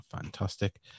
Fantastic